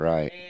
Right